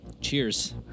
Cheers